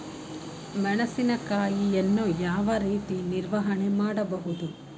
ಮೆಣಸಿನಕಾಯಿಯನ್ನು ಯಾವ ರೀತಿ ನಿರ್ವಹಣೆ ಮಾಡಬಹುದು?